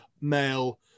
male